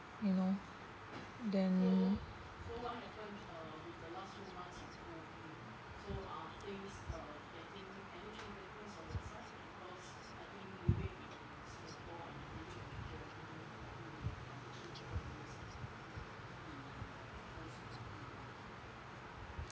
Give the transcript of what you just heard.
you know then